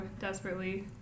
desperately